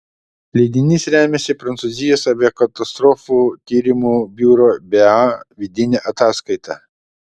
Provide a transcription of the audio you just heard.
leidinys remiasi prancūzijos aviakatastrofų tyrimų biuro bea vidine ataskaita